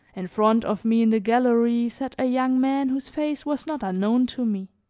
in front of me in the gallery, sat a young man whose face was not unknown to me.